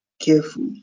careful